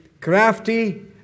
crafty